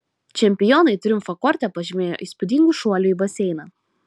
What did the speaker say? čempionai triumfą korte pažymėjo įspūdingu šuoliu į baseiną